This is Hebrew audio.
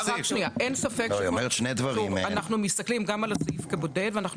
אין ספק שאנחנו מסתכלים גם על הסעיף כבודד ואנחנו